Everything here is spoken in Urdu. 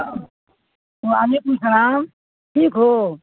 وعلیکم السلام ٹھیک ہو